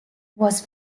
was